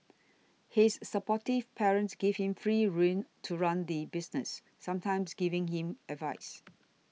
his supportive parents gave him free rein to run the business sometimes giving him advice